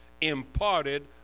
imparted